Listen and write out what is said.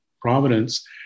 Providence